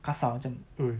kasar macam !oi!